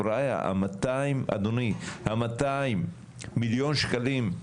ה-200 מיליון שקלים,